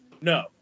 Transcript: No